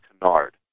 canard